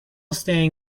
staying